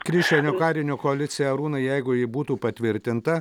krišjanio karinio koaliciją arūnai jeigu ji būtų patvirtinta